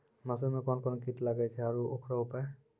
मसूर मे कोन कोन कीट लागेय छैय आरु उकरो उपाय?